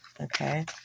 Okay